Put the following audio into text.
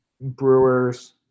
Brewers